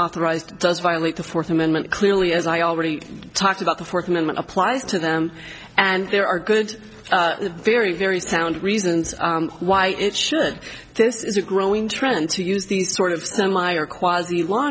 authorized does violate the fourth amendment clearly as i already talked about the fourth amendment applies to them and there are good very very sound reasons why it should this is a growing trend to use these sort of semi requires the law